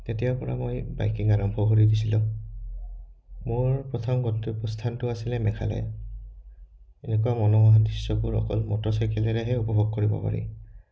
তেতিয়াৰ পৰা মই বাইকিং আৰম্ভ কৰি দিছিলোঁ মোৰ প্ৰথম গন্তব্য স্থানটো আছিলে মেঘালয় এনেকুৱা মনোমোহা দৃশ্যবোৰ অকল মটৰচাইকেলেৰেহে উপভোগ কৰিব পাৰি